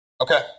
okay